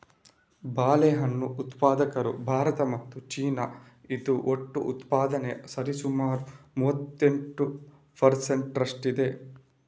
ಬಾಳೆಹಣ್ಣು ಉತ್ಪಾದಕರು ಭಾರತ ಮತ್ತು ಚೀನಾ, ಇದು ಒಟ್ಟು ಉತ್ಪಾದನೆಯ ಸರಿಸುಮಾರು ಮೂವತ್ತೆಂಟು ಪರ್ ಸೆಂಟ್ ರಷ್ಟಿದೆ